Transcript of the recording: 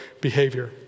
behavior